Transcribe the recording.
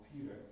Peter